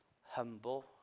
humble